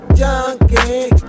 junkie